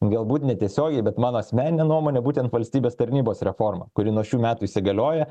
galbūt netiesiogiai bet mano asmenine nuomone būtent valstybės tarnybos reforma kuri nuo šių metų įsigalioja